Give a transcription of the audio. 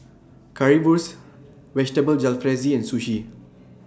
Currywurst Vegetable Jalfrezi and Sushi